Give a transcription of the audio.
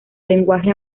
lenguaje